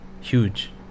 huge